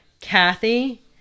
Kathy